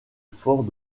fort